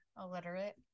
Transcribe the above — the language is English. Illiterate